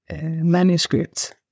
manuscripts